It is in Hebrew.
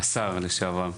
השר לשעבר,